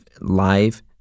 live